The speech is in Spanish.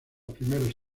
primeros